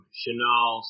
Chanel